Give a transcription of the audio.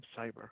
cyber